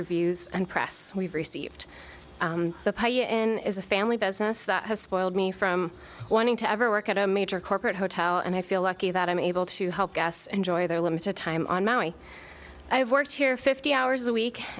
reviews and press we've received the is a family business that has spoiled me from wanting to ever work at a major corporate hotel and i feel lucky that i'm able to help guests enjoy their limited time on maui i have worked here fifty hours a week